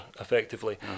effectively